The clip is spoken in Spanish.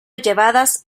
llevadas